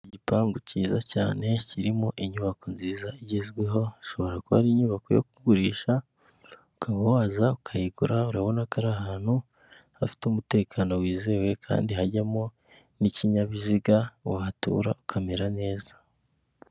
Igipangu cyiza cyane kirimo inyubako nziza igezweho hashobora kuba ari inyubako yo kugurisha kabo waza ukayigura. Urabona ko ari ahantu hafite umutekano wizewe kandi hajyamo n'ikinyabiziga wahatura ukamera neza.